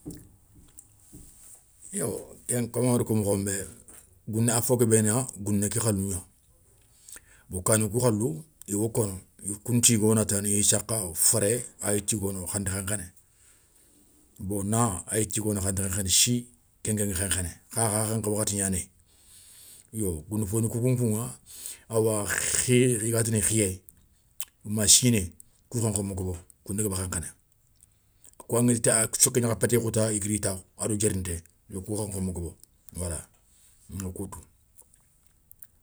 Yo kom angada ko mokho bé goune ké a fo guébé kéna gouné ké khalou gna bon kani kou khalou iwa kono i kountigona ta ni féré ay tigono kha anti khénkhéné bo na ay tigono kha anti khénkhéné si kénkén ŋi khénkhéné akha khénkhé wakhati nianéyi yo goundafoni kounkou ŋa awa xiyé igatini xiyé ma siné koun nkhénkho ma gobo ima gaba khénkhéné kouwaŋéta soké niakha pétéyoga ta i guiri i takhou ado diérinté yo kou khénkho ma gabo wala ŋa koutou.